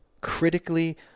critically